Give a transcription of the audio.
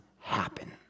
happen